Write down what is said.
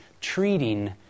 treating